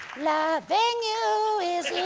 loving you is